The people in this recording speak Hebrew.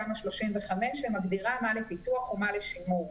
תמ"א 35 שמגדירה מה לפיתוח ומה לשימור.